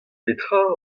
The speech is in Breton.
petra